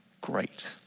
great